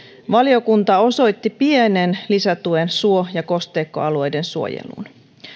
valiokunta osoitti pienen lisätuen suo ja kosteikkoalueiden suojeluun